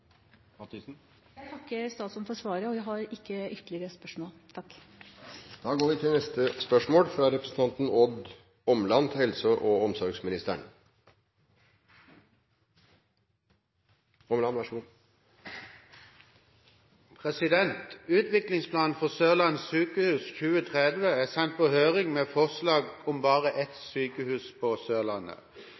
takker statsråden for svaret og har ikke ytterligere spørsmål. Takk. «Utviklingsplan 2030 er sendt på høring med forslag om bare ett sykehus på Sørlandet. Dette har vakt sterke reaksjoner, og 5 000 deltok i fakkeltog for å bevare akutt- og fødetilbudet ved Flekkefjord sykehus.